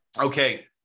Okay